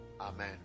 Amen